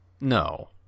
No